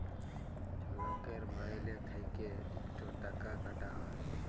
লকের মাইলে থ্যাইকে ইকট টাকা কাটা হ্যয়